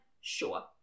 Sure